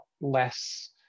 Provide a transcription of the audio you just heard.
less